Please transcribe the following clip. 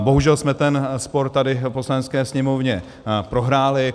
Bohužel jsme ten spor tady v Poslanecké sněmovně prohráli.